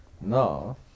Now